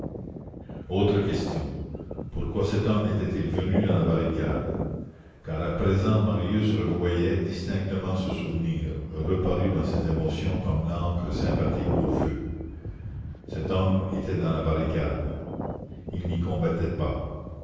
autre question pourquoi cet homme était-il venu dans la barricade car à présent marius revoyait distinctement ce souvenir reparu dans ces émotions comme l'encre sympathique au feu cet homme était dans la barricade il n'y combattait pas